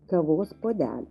kavos puodelio